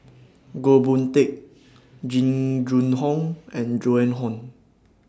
Goh Boon Teck Jing Jun Hong and Joan Hon